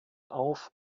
auf